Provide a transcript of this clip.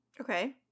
Okay